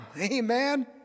Amen